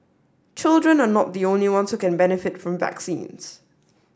children are not the only ones who can benefit from vaccines